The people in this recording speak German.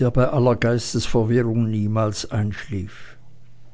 der bei aller geistesverirrung niemals einschlief